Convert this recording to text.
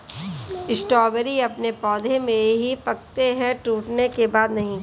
strawberry अपने पौधे में ही पकते है टूटने के बाद नहीं